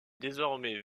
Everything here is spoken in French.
désormais